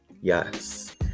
Yes